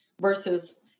versus